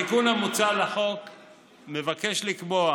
התיקון המוצע לחוק מבקש לקבוע